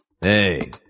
Hey